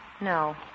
No